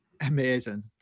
amazing